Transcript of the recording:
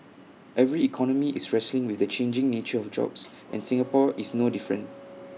every economy is wrestling with the changing nature of jobs and Singapore is no different